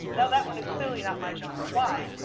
now that one is clearly not my genre, why?